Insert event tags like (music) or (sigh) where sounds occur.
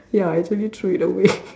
ya actually threw it away (laughs)